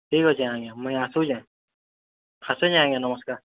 ଠିକ୍ ଅଛେ ଆଜ୍ଞା ମୁଇଁ ଆସୁଛେଁ ଆସୁଛେଁ ଆଜ୍ଞା ନମସ୍କାର୍